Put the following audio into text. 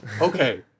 Okay